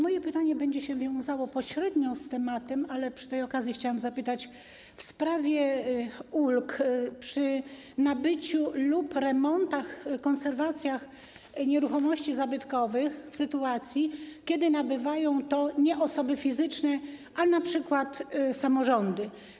Moje pytanie pośrednio będzie się wiązało z tematem, ale przy tej okazji chciałabym zapytać o sprawę ulg przy nabyciu lub remontach, konserwacjach nieruchomości zabytkowych w sytuacji, kiedy nabywają je nie osoby fizyczne, ale np. samorządy.